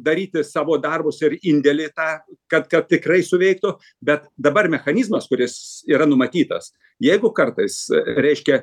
daryti savo darbus ir indėlį tą kad kad tikrai suveiktų bet dabar mechanizmas kuris yra numatytas jeigu kartais reiškia